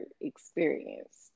experienced